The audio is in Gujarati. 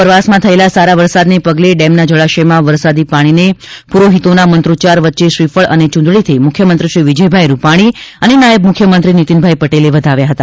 ઉપરવાસમાં થયેલા સારા વરસાદને પગલે ડેમના જળાશયમાં વરસાદી પાણીને પુરોહિતોના મંત્રોચ્ચાર વચ્ચે શ્રીફળ અને ચુંદડીથી મુખ્યમંત્રીશ્રી વિજયભાઇ રુપાણી અને નાયબ મુખ્યમંત્રીશ્રી નિતીનભાઇ પટેલે વધાવ્યા હતા